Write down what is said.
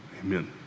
Amen